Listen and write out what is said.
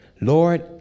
Lord